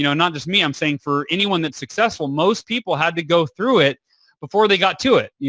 you know not just me. i'm saying for anyone that's successful. most people had to go through it before they got to it. yeah